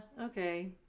okay